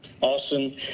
Austin